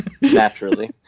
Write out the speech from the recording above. Naturally